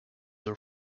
are